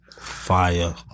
Fire